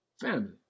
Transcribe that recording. Family